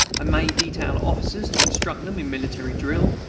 may detail officers to instruct them in military drill,